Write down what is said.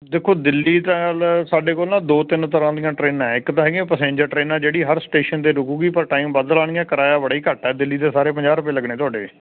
ਦੇਖੋ ਦਿੱਲੀ ਵੱਲ ਸਾਡੇ ਕੋਲ ਦੋ ਤਿੰਨ ਤਰ੍ਹਾਂ ਦੀਆਂ ਟਰੇਨਾਂ ਹੈ ਇੱਕ ਤਾਂ ਪੈਸੰਜਰ ਟਰੇਨਾਂ ਜਿਹੜੀ ਹਰ ਸਟੇਸ਼ਨ 'ਤੇ ਰੁਕੁਗੀ ਪਰ ਟਾਈਮ ਵੱਧ ਲਾਉਣਗੀਆਂ ਪਰ ਕਿਰਾਇਆ ਬੜਾ ਹੀ ਘੱਟ ਹੈ ਦਿੱਲੀ ਦੇ ਸਾਰੇ ਪੰਜਾਹ ਰੁਪਏ ਲੱਗਣੇ ਤੁਹਾਡੇ